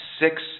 six